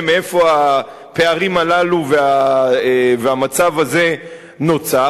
מקור הפערים הללו ואיך המצב הזה נוצר.